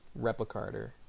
Replicator